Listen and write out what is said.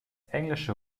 englische